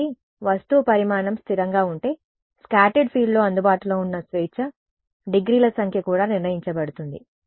కాబట్టి వస్తువు పరిమాణం స్థిరంగా ఉంటే స్కాటర్డ్ ఫీల్డ్లో అందుబాటులో ఉన్న స్వేచ్ఛ డిగ్రీల సంఖ్య కూడా నిర్ణయించబడుతుంది